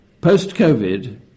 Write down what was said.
Post-Covid